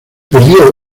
perdió